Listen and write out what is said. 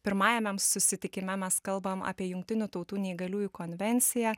pirmajame susitikime mes kalbam apie jungtinių tautų neįgaliųjų konvenciją